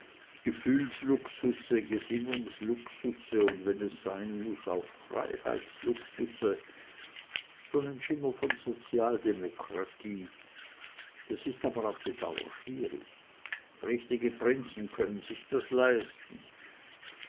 gefühlsluxusse gesinnungsluxusse und wenn es sein muß auch freiheitsluxusse so nen schimmer von sozialdemokratie das ist aber auf die dauer schwierig richtige prinzen können sich das leisten